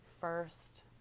first